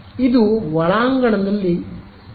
ಇದು ಒಳಾಂಗಣದಲ್ಲಿ ಪರೀಕ್ಷಿಸುತ್ತಿದೆ